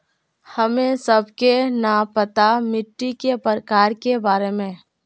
हमें सबके न पता मिट्टी के प्रकार के बारे में?